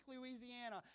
Louisiana